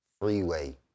Freeway